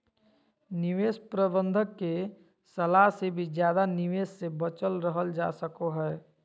निवेश प्रबंधक के सलाह से भी ज्यादा निवेश से बचल रहल जा सको हय